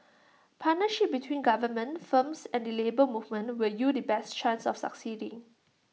partnership between government firms and the Labour Movement will yield the best chance of succeeding